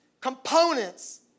components